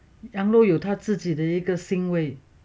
羊肉有他自己的一个腥味